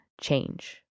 change